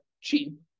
cheap